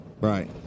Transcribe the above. Right